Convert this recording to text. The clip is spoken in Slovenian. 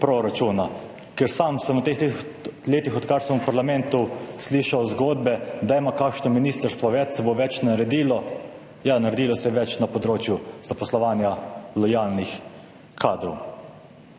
proračuna. Sam sem v teh letih, odkar sem v parlamentu, slišal zgodbe, da če bo kakšno ministrstvo več, se bo več naredilo. Ja, naredilo se je več na področju zaposlovanja lojalnih kadrov.